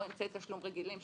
או אמצעי תשלום רגילים,